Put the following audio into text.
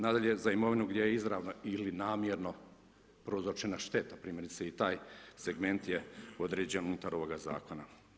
Nadalje za imovinu gdje je izravna ili namjerno prouzročena šteta, primjerice i taj segment je određen unutar ovog zakona.